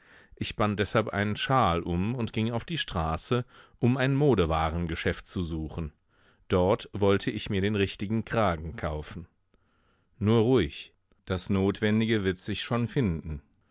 ich band deshalb einen shawl um und ging auf die straße um ein modewarengeschäft zu suchen dort wollte ich mir den richtigen kragen kaufen nur ruhig das notwendige wird sich schon finden